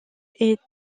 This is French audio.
est